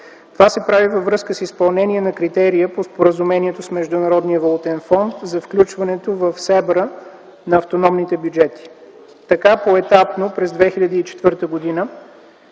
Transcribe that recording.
Това се прави във връзка с изпълнение на критерия по споразумението с Международния валутен фонд за включването в СЕБРА на автономните бюджети. Така поетапно през 2004 г.